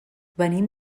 venim